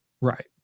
Right